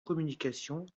communications